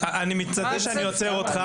אני מתנצל שאני עוצר אותך.